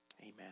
Amen